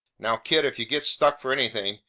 now, kid, if you get stuck for anything,